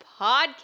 podcast